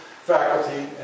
faculty